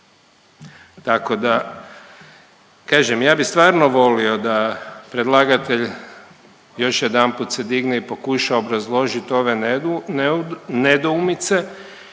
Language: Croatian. Tako da kažem ja bi stvarno volio da predlagatelj još jedanput se digne i pokuša obrazložit ove nedoumice